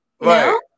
Right